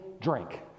drink